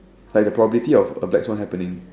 like the probability of a black Swan happening